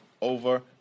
over